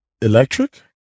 electric